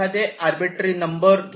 आपण कोणतीही arbitrary number घ्या